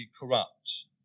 corrupt